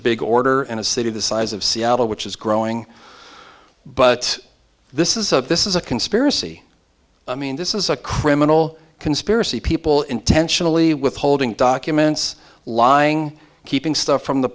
big order in a city the size of seattle which is growing but this is a this is a conspiracy i mean this is a criminal conspiracy people intentionally withholding documents lying keeping stuff from the